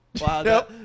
Wow